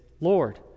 Lord